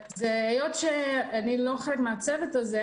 אני לא חלק מהצוות הזה,